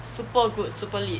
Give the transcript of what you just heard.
super good super lit